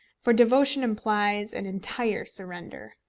for devotion implies an entire surrender,